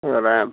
അതെ അല്ലേ